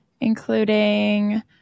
including